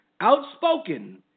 outspoken